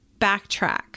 backtrack